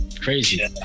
Crazy